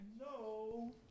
No